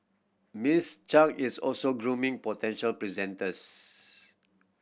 Miss Chang is also grooming potential presenters